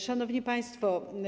Szanowni Państwo!